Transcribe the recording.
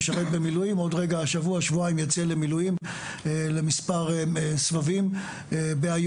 משרת במילואים עוד רגע שבוע שבועיים יוצא למילואים למספר סבבים באיו"ש.